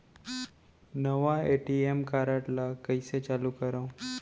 नवा ATM card ल कइसे चालू करव?